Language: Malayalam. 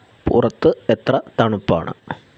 പുറത്ത് എത്ര തണുപ്പാണ്